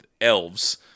elves